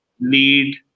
lead